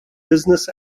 business